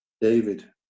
David